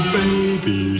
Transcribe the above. baby